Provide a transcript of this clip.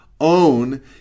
own